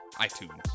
iTunes